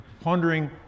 pondering